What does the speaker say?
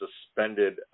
suspended